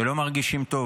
ולא מרגישים טוב,